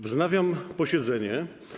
Wznawiam posiedzenie.